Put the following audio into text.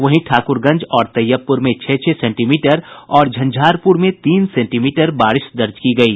वहीं ठाकुरगंज और तैयबपुर में छह छह सेंटीमीटर और झंझारपुर में तीन सेंटीमीटर बारिश दर्ज की गयी